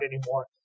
anymore